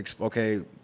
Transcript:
Okay